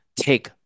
take